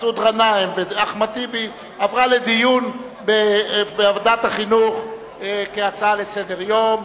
מחמוד גנאים ואחמד טיבי עברה לדיון בוועדת החינוך כהצעה לסדר-היום.